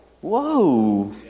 Whoa